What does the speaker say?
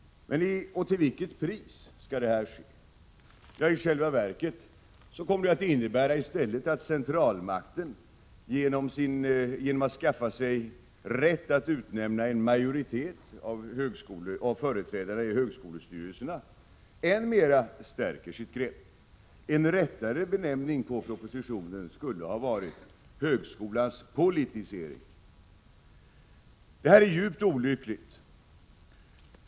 Och till vilket pris skall det ske? I själva verket kommer det att innebära att centralmakten, genom att skaffa sig rätt att utnämna en 3 majoritet av företrädarna i högskolestyrelserna, än mer stärker sitt grepp. En riktigare benämning på propositionen skulle ha varit högskolans politisering. Det här är djupt olyckligt.